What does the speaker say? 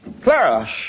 Clara